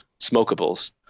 smokables